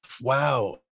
Wow